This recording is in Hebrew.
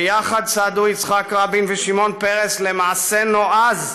ביחד צעדו יצחק רבין ושמעון פרס למעשה נועז,